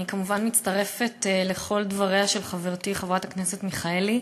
אני כמובן מצטרפת לכל דבריה של חברתי חברת הכנסת מיכאלי.